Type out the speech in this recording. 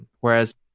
whereas